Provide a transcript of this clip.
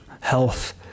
health